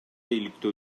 иликтөө